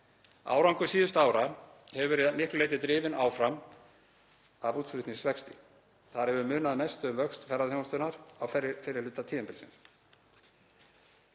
Árangur síðustu ára hefur verið að miklu leyti drifinn áfram af útflutningsvexti. Þar hefur munað mest um vöxt ferðaþjónustunnar á fyrri hluta tímabilsins.